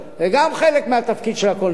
גם זה חלק מהתפקיד של הקולנוע.